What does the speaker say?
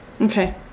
Okay